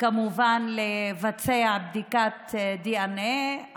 כמובן לבצע בדיקת דנ"א,